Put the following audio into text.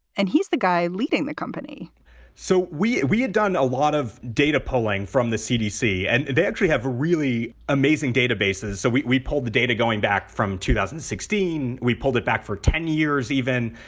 and he's the guy leading the company so we we had done a lot of data polling from the cdc and they actually have really amazing databases. so we we pulled the data going back from two thousand and sixteen. we pulled it back for ten years even.